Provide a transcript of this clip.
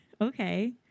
Okay